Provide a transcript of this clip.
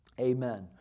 Amen